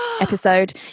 episode